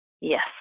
Yes